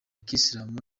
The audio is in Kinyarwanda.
kisilamu